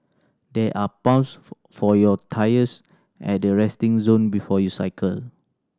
there are pumps for your tyres at the resting zone before you cycle